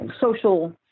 social